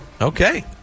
Okay